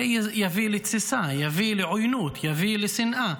זה הרי יביא לתסיסה, יביא לעוינות, יביא לשנאה,